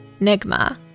Nigma